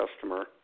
customer